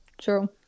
true